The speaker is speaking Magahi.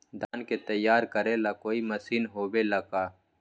धान के तैयार करेला कोई मशीन होबेला का?